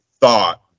thought